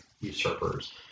usurpers